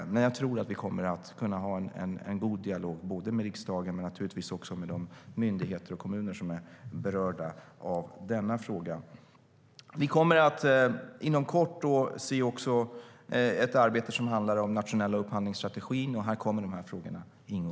Jag tror dock att vi kommer att kunna ha en god dialog både med riksdagen och med de myndigheter och kommuner som är berörda av frågan. Vi kommer att inom kort se ett arbete som handlar om den nationella upphandlingsstrategin. Där kommer dessa frågor att ingå.